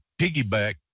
piggyback